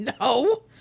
No